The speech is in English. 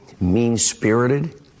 mean-spirited